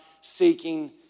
seeking